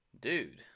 Dude